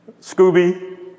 Scooby